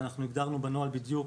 הגדרנו בנוהל בדיוק